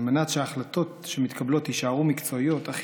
על מנת שההחלטות שמתקבלות יישארו מקצועיות אך